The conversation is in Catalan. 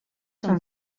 són